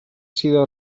sido